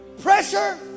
pressure